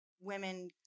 women